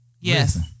Yes